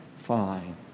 Fine